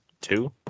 Two